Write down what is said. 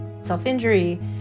self-injury